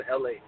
LA